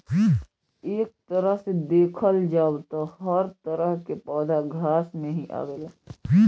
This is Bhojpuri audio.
एक तरह से देखल जाव त हर तरह के पौधा घास में ही आवेला